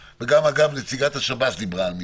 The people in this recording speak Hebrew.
אגב, גם נציגת השב"ס דיברה על מספרים,